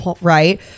Right